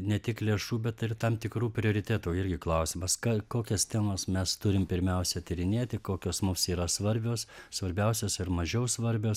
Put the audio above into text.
ne tik lėšų bet ir tam tikrų prioritetų irgi klausimas ką kokias temas mes turim pirmiausia tyrinėti kokios mums yra svarbios svarbiausios ir mažiau svarbios